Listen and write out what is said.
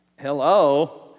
hello